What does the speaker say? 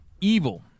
Evil